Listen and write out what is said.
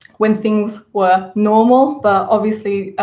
when things were normal, but obviously